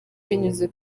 binyuze